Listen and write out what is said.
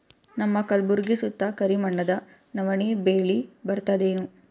ನಮ್ಮ ಕಲ್ಬುರ್ಗಿ ಸುತ್ತ ಕರಿ ಮಣ್ಣದ ನವಣಿ ಬೇಳಿ ಬರ್ತದೇನು?